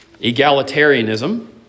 egalitarianism